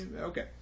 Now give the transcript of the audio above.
okay